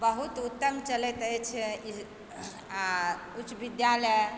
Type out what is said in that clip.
बहुत उत्तम चलैत अछि ई आओर उच्च विद्यालय